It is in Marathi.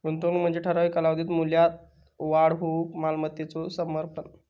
गुंतवणूक म्हणजे ठराविक कालावधीत मूल्यात वाढ होऊक मालमत्तेचो समर्पण